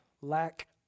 lack